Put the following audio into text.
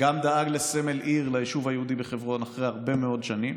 גם דאג לסמל עיר ליישוב היהודי בחברון אחרי הרבה מאוד שנים